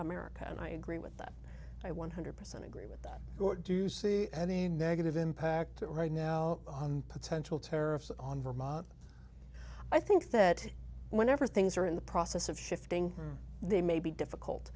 america and i agree with that i one hundred percent agree with that do you see any negative impact right now on potential tariffs on vermont i think that whenever things are in the process of shifting they may be difficult